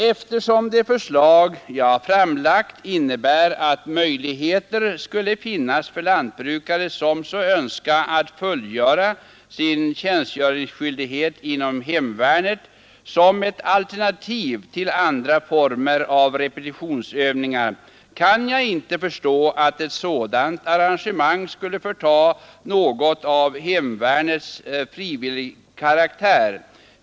Eftersom det förslag jag framlagt innebär att möjligheter skulle finnas för lantbrukare som så önskar att fullgöra sin tjänstgöring inom hemvärnet som ett alternativ till andra former av repetitionsövningar, kan jag inte förstå att ett sådan arrangemang skulle ta bort något av hemvärnets frivilligkaraktär.